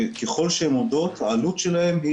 וככל שהן עומדות העלות להחזיק אותן היא